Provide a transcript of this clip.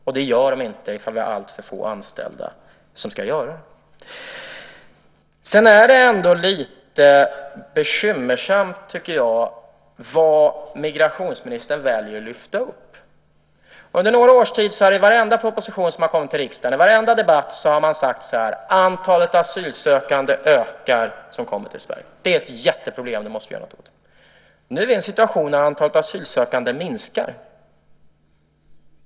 Det görs inte om det är alltför få anställda som ska göra det. Sedan är det lite bekymmersamt vad migrationsministern väljer att lyfta fram. Under några års tid har det i varje proposition som har kommit till riksdagen och i varje debatt sagts att antalet asylsökande som kommer till Sverige ökar och att det är ett jätteproblem som vi måste göra något åt. Nu är situationen den att antalet asylsökande minskar.